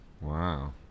Wow